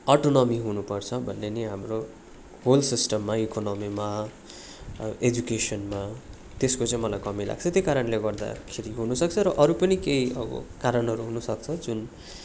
autonomy हुनु पर्छ भन्ने नि हाम्रो होल सिस्टममै इकोनोमीमा एजुकेसनमा त्यसको चाहिँ मलाई कमी लाग्छ त्यही कारणले गर्दाखेरि हुनु सक्छ र अरू पनि केही अब कारणहरू हुनु सक्छ जुन